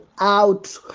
out